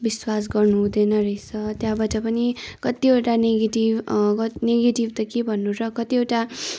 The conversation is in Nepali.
विश्वास गर्नु हुँदैन रहेछ त्यहाँबाट पनि कतिवटा नेगेटिभ नेगेटिभ त के भन्नु र कतिवटा